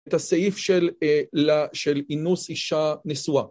את הסעיף של אינוס אישה נשואה